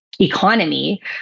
economy